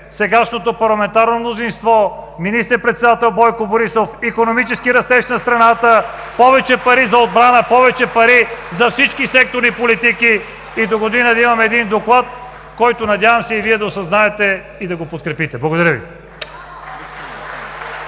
сегашното парламентарно мнозинство, министър-председател Бойко Борисов, икономически растеж на страната, повече пари за отбрана, повече пари за всички секторни политики и догодина да имаме един Доклад, който, надявам се, и Вие да се осъзнаете и да го подкрепите! Благодаря Ви.